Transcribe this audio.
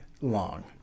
long